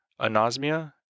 anosmia